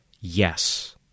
Yes